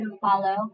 follow